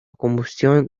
combustión